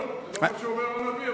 זה לא מה שאומר הנביא,